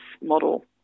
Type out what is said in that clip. model